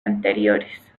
anteriores